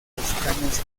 escaños